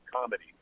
Comedy